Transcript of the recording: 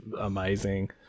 amazing